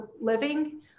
living